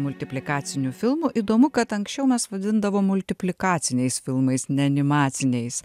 multiplikacinių filmų įdomu kad anksčiau mes vadindavom multiplikaciniais filmais ne animaciniais